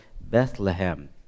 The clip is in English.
Bethlehem